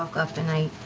up and i